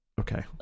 okay